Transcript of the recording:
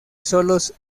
solos